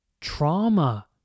trauma